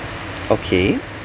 okay